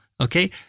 okay